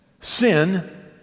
Sin